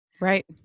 Right